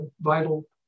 vital